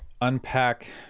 unpack